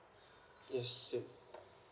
yes